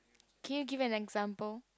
can you give an example